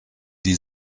die